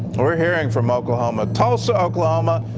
we're hearing from oklahoma. tulsa, oklahoma,